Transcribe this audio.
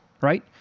right